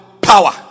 power